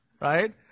right